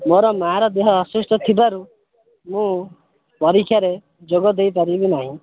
ମୋର ମାର ଦେହ ଅସୁସ୍ଥ ଥିବାରୁ ମୁଁ ପରୀକ୍ଷାରେ ଯୋଗ ଦେଇପାରିବି ନାହିଁ